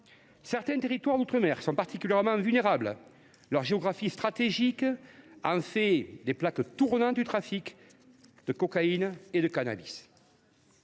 Certains territoires d’outre mer sont particulièrement vulnérables. Leur géographie, stratégique, en fait des plaques tournantes du trafic de cocaïne et de cannabis.